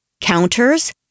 counters